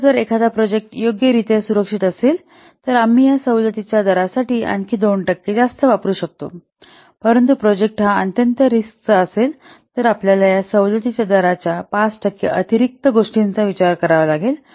तर जर एखादा प्रोजेक्ट योग्य रित्या सुरक्षित असेल तर आम्ही या सवलतीच्या दरासाठी आणखी 2 टक्के जास्त वापरू शकतो परंतु जर प्रोजेक्ट हा अत्यंत रिस्कचा असेल तर आपल्याला या सवलतीच्या दराच्या 5 टक्के अतिरिक्त गोष्टींचा विचार करावा लागेल